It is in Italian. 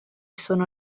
sono